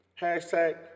Hashtag